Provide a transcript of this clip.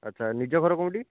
ଆଚ୍ଛା ନିଜ ଘର କେଉଁଠି